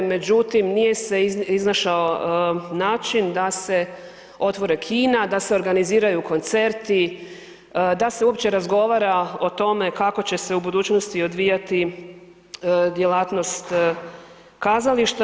Međutim, nije se iznašao način da se otvore kina, da se organiziraju koncerti da se uopće razgovara o tome kako će se u budućnosti odvijati djelatnost kazališta.